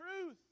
truth